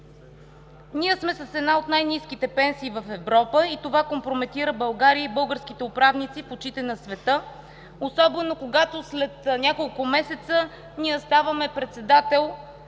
Ние сме с една от най-ниските пенсии в Европа и това компрометира България и българските управници в очите на света, особено когато след няколко месеца ставаме председател